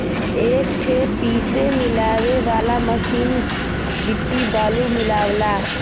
एक ठे पीसे मिलावे वाला मसीन गिट्टी बालू मिलावला